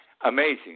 Amazing